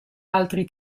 altri